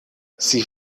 sie